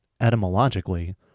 etymologically